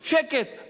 שקט,